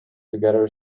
together